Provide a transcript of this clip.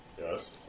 Yes